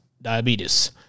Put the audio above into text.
Diabetes